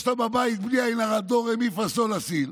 יש לה בבית, בלי עין הרע, דו רה מי פה סול לה סי.